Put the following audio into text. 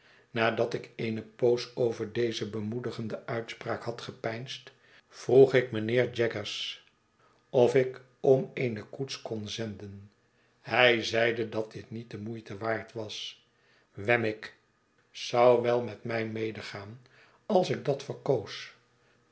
nadat ik eene poos over deze bemoedigende uitspraak had gepeinsd vroeg ik mijnheer jaggers of ik om eene koets kon zenden hij zeide dat dit niet de moeite waard was wemmick zou wel met mij medegaan als ik dat verkoos